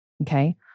Okay